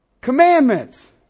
Commandments